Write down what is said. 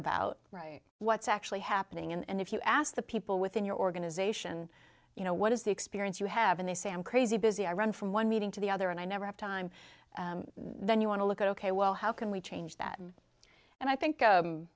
about what's actually happening and if you ask the people within your organization you know what is the experience you have and they say i'm crazy busy i run from one meeting to the other and i never have time then you want to look at ok well how can we change that and i think